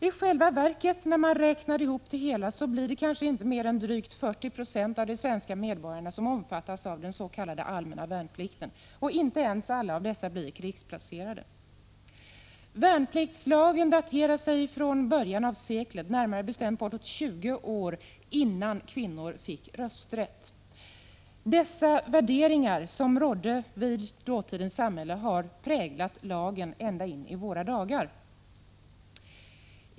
I själva verket blir det, när man räknar ihop siffrorna, kanske inte mer än drygt 40 96 av de svenska medborgarna som omfattas av den s.k. allmänna värnplikten, och inte ens alla av dessa blir krigsplacerade. Värnpliktslagen daterar sig till början av seklet, närmare bestämt bortåt 20 år innan kvinnor fick rösträtt. De värderingar som rådde i dåtidens samhälle har präglat lagen ända in i våra dagar.